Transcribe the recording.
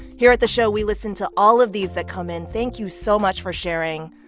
here at the show, we listen to all of these that come in. thank you so much for sharing.